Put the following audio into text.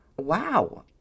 Wow